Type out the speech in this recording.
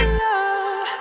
love